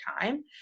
time